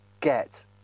get